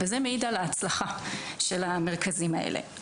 וזה מעיד על ההצלחה של המרכזים האלה.